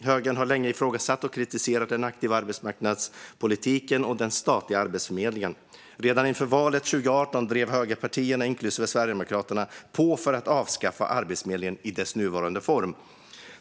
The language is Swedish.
Högern har länge ifrågasatt och kritiserat den aktiva arbetsmarknadspolitiken och den statliga Arbetsförmedlingen. Redan inför valet 2018 drev högerpartierna, inklusive Sverigedemokraterna, på för att avskaffa Arbetsförmedlingen i dess nuvarande form.